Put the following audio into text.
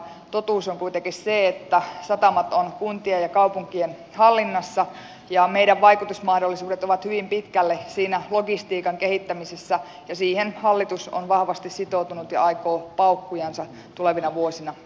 totuus on kuitenkin se että satamat ovat kuntien ja kaupunkien hallinnassa ja meidän vaikutusmahdollisuutemme ovat hyvin pitkälle siinä logistiikan kehittämisessä ja siihen hallitus on vahvasti sitoutunut ja aikoo paukkujansa tulevina vuosina